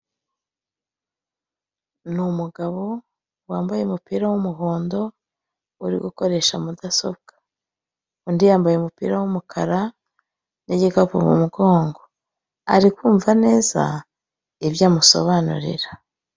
Ni umugabo wambaye umupira w'umuhondo, uri gukoresha mudasobwa. Undi yambaye umupira w'umukara, n'igikapu mu mugongo. Ari kumva neza ibyo amusobanurira.